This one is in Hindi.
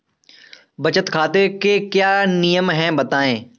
बचत खाते के क्या नियम हैं बताएँ?